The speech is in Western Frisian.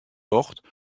docht